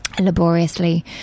laboriously